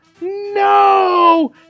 No